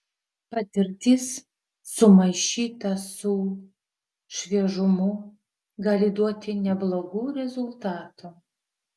patirtis sumaišyta su šviežumu gali duoti neblogų rezultatų